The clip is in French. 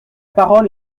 parole